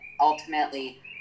ultimately